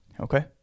Okay